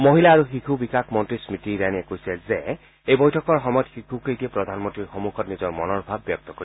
মহিলা আৰু শিশু বিকাশ মন্ত্ৰী স্বতি ইৰাণীয়ে কৈছে যে এই বৈঠকৰ সময়ত শিশুকেইটিয়ে প্ৰধানমন্ত্ৰীৰ সন্মুখত নিজৰ মনৰ ভাৱ ব্যক্ত কৰিব